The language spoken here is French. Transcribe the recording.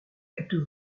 êtes